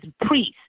priests